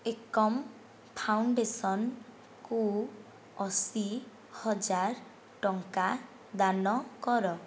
ଏକମ୍ ଫାଉଣ୍ଡେସନ୍କୁ ଅଶି ହଜାର ଟଙ୍କା ଦାନ କର